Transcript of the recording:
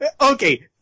Okay